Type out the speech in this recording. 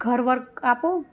ઘર વર્ક આપો